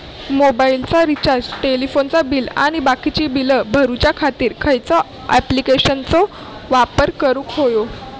मोबाईलाचा रिचार्ज टेलिफोनाचा बिल आणि बाकीची बिला भरूच्या खातीर खयच्या ॲप्लिकेशनाचो वापर करूक होयो?